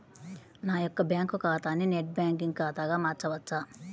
నా యొక్క బ్యాంకు ఖాతాని నెట్ బ్యాంకింగ్ ఖాతాగా మార్చవచ్చా?